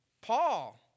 Paul